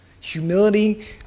Humility